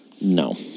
No